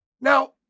Now